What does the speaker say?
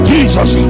Jesus